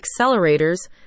accelerators